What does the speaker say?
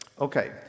okay